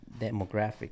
demographic